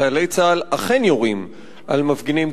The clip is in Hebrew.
חיילי צה"ל אכן יורים על מפגינים,